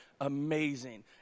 amazing